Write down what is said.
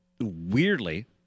Weirdly